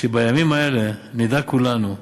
שבימים האלה נדע כולנו,